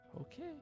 Okay